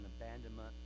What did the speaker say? abandonment